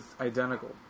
identical